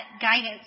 guidance